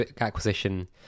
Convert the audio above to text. acquisition